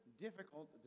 difficult